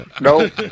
Nope